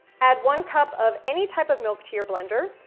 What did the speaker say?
add one cup of any type of milk to your blender,